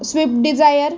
swift Dzire